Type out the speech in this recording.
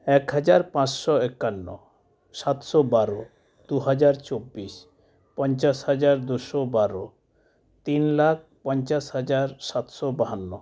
ᱮᱠ ᱦᱟᱡᱟᱨ ᱯᱟᱪᱥᱚ ᱮᱠᱟᱱᱱᱚ ᱥᱟᱛᱥᱚ ᱵᱟᱨᱚ ᱫᱩ ᱦᱟᱡᱟᱨ ᱪᱚᱵᱽᱵᱤᱥ ᱯᱚᱧᱪᱟᱥ ᱦᱟᱡᱟᱨ ᱫᱩᱥᱚ ᱵᱟᱨᱚ ᱛᱤᱱ ᱞᱟᱠᱷ ᱯᱚᱧᱪᱟᱥ ᱦᱟᱡᱟᱨ ᱥᱟᱛᱥᱚ ᱵᱟᱦᱟᱱᱱᱚ